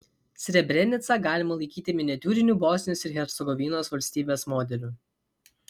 srebrenicą galima laikyti miniatiūriniu bosnijos ir hercegovinos valstybės modeliu